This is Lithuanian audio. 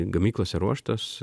gamyklose ruoštos